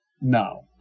No